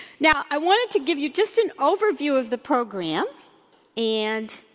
now, i wanted to give you just an overview of the program and